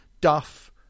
Duff